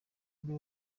ari